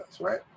right